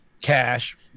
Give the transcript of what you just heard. cash